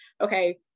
Okay